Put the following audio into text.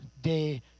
day